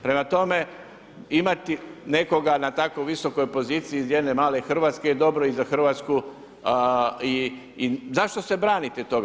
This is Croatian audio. Prema tome, imati nekoga na tako visokoj poziciji iz jedne male Hrvatske je dobro i za Hrvatsku i zašto se branite toga?